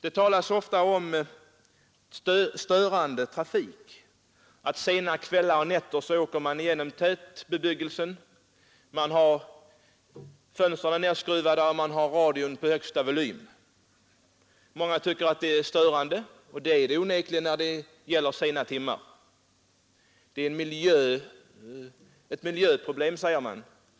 Det talas ofta om störande trafik, att man sent om kvällarna och nätterna åker igenom tätbebyggelse med fönstren nedskruvade och radion på högsta volym. Många tycker att det är störande, och det är det onekligen när det gäller sena timmar. Det är ett miljöproblem, säger man.